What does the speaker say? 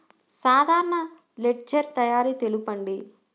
సాధారణ లెడ్జెర్ తయారి తెలుపండి?